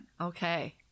Okay